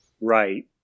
Right